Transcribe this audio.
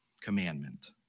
commandment